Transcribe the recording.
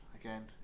again